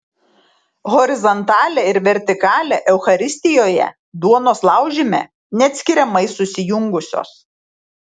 horizontalė ir vertikalė eucharistijoje duonos laužyme neatskiriamai susijungusios